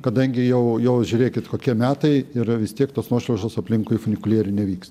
kadangi jau jau žiūrėkit kokie metai yra vis tiek tos nuošliaužos aplinkui funikulierių nevyks